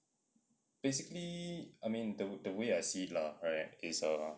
basically I mean the the way I see it lah right is err